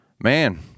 Man